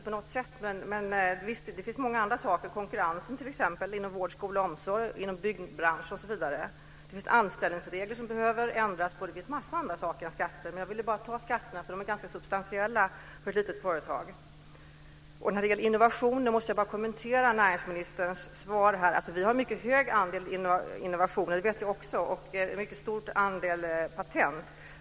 Visst, det finns många andra saker som behöver ändras, t.ex. konkurrensen inom vård, skola, omsorg, byggbransch osv. Det finns anställningsregler som behöver ändras. Det finns massor av andra saker än skatter som behöver åtgärdas. Jag ville bara ta upp skatterna därför de är ganska substantiella för ett litet företag. När det gäller innovationer måste jag kommentera näringsministerns svar. Vi har en mycket hög andel innovationer - det vet jag också - och en mycket stor andel patent.